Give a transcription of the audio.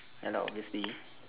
ya lah obviously